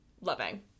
loving